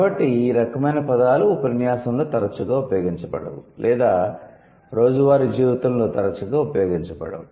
కాబట్టి ఈ రకమైన పదాలు ఉపన్యాసంలో తరచుగా ఉపయోగించబడవు లేదా రోజువారీ జీవితంలో తరచుగా ఉపయోగించబడవు